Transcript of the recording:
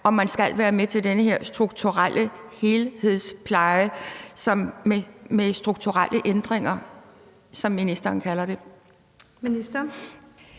om man skal være med til den her strukturelle helhedspleje med strukturelle ændringer, som ministeren kalder det.